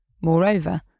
Moreover